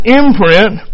imprint